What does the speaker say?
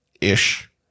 ish